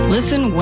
Listen